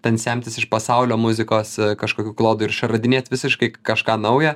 ten semtis iš pasaulio muzikos kažkokių klodų ir išradinėt visiškai kažką nauja